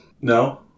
No